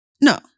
No